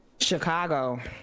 Chicago